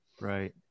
Right